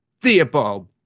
Theobald